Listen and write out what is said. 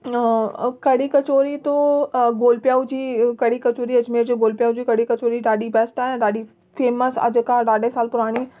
अन कढ़ी कचौड़ी तू गोल पीयाऊं जी कढ़ी कचौड़ी अजमेर जो गोल पियाऊं जी कढ़ी कचौड़ी ॾाढी बैस्ट आहे ऐं ॾाढी फेमस आहे जेका ॾाढे साल पुराणी